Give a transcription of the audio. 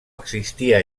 existia